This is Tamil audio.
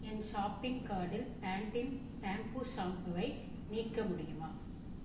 என் ஷாப்பிங் கார்ட்டில் பேன்டீன் பேம்பூ ஷாம்புவை நீக்க முடியுமா